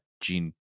gene